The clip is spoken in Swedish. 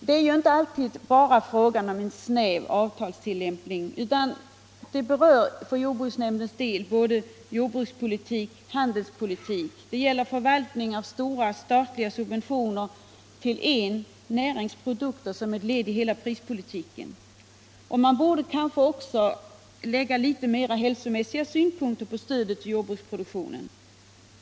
Det är inte alltid bara fråga om en snäv avtalstillämpning utan det berör för jordbruksnämndens del jordbrukspolitik, handelspolitik, det gäller förvaltning av stora statliga subventioner till näringsprodukter som ett led i hela prispolitiken. Man borde kanske också lägga litet mer hälsomässiga synpunkter på stödet till jordbruksproduktionen.